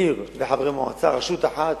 עיר וחברי מועצה, רשות אחת,